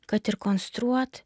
kad ir konstruot